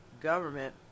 government